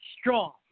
strong